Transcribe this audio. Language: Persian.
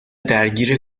درگیر